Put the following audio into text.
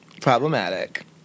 Problematic